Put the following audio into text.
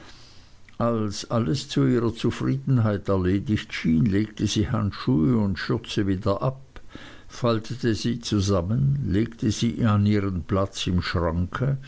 als alles zu ihrer zufriedenheit erledigt schien legte sie handschuhe und schürze wieder ab faltete sie zusammen legte sie an ihren platz im schranke